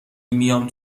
میام